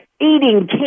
eating